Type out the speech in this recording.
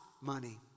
money